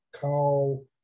call